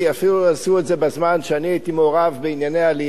אפילו עשו את זה בזמן שאני הייתי מעורב בענייני עלייה.